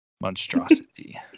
monstrosity